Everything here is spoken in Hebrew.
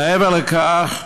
מעבר לכך,